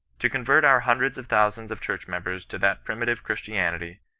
to convert our hundreds of thousands of church members to that primitive christianity,